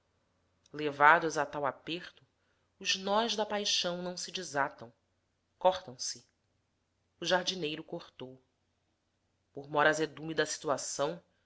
levados a tal aperto os nós da paixão não se desatam cortam se o jardineiro cortou por mor azedume da situação